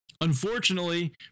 Unfortunately